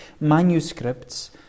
manuscripts